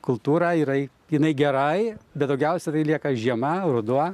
kultūra yra jinai gerai bet daugiausia tai lieka žiema ruduo